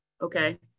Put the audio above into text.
Okay